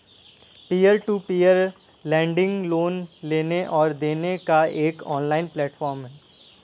peer to peer lending loan लेने और देने का एक ऑनलाइन प्लेटफ़ॉर्म है